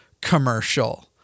Commercial